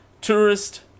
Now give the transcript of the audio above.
tourist